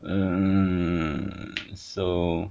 mm so